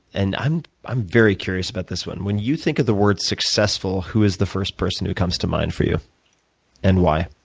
and i'm i'm very curious about this one. when you think of the word successful, who is the first person who comes to mind for you and why?